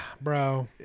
bro